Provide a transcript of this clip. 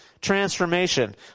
transformation